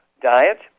diet